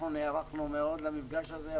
אנחנו נערכנו מאוד למפגש הזה,